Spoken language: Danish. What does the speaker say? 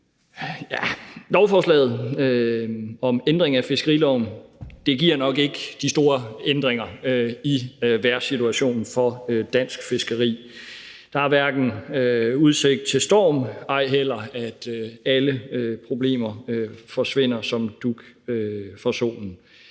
Lovforslaget om en ændring af fiskeriloven giver nok ikke de store ændringer i vejrsituationen for dansk fiskeri. Der er hverken udsigt til storm, ej heller til at alle problemer forsvinder som dug for solen.